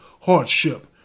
hardship